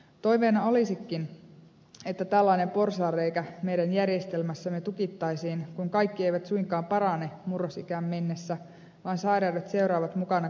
toiveena olisikin että tällainen porsaanreikä meidän järjestelmässämme tukittaisiin kun kaikki eivät suinkaan parane murrosikään mennessä vaan sairaudet seuraavat mukana koko elämän ajan